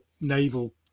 naval